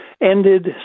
ended